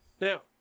Now